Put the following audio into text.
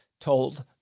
told